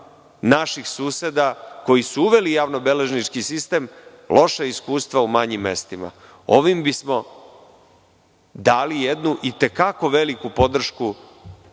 naših suseda koji su uveli javno beležnički sistem, loša iskustva u manjim mestima. Ovim bismo dali jednu i te kako veliku podršku